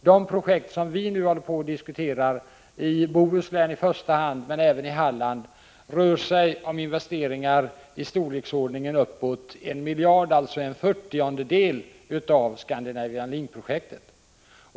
De projekt som vi nu diskuterar, i första hand i Bohuslän men även i Halland, rör sig om investeringar i storleksordningen 1 miljard kronor, alltså 1/40 av Scandinavian Link-projektet.